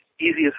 easiest